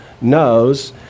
knows